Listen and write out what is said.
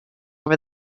over